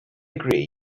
agree